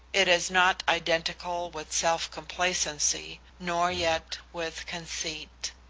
it is not identical with self-complacency, nor yet with conceit.